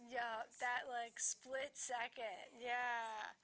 yeah that like split second yeah